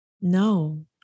No